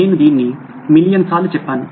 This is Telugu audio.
నేను దీన్ని మిలియన్ సార్లు చెప్పాను